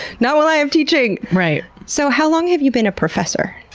not while i am teaching! right. so, how long have you been a professor?